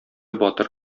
батыр